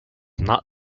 not